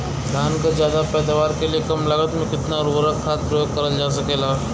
धान क ज्यादा पैदावार के लिए कम लागत में कितना उर्वरक खाद प्रयोग करल जा सकेला?